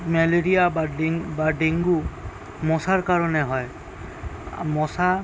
malaria বা বা dengue মশার কারণে হয় মশা